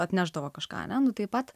atnešdavo kažką ane nu taip pat